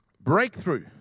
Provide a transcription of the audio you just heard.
Breakthrough